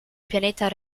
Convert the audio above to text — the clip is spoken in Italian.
pianeta